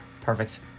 Perfect